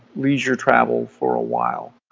leisure travel for a while.